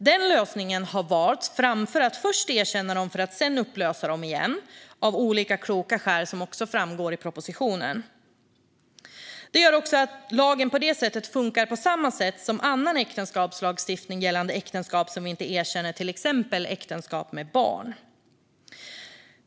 Den lösningen har valts framför att först erkänna dem för att sedan upplösa dem, av olika kloka skäl som också framgår av propositionen. Detta gör också att lagen på det sättet funkar på samma sätt som annan äktenskapslagstiftning när det gäller äktenskap vi inte erkänner, till exempel äktenskap med barn.